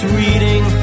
reading